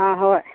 ꯑꯥ ꯍꯣꯏ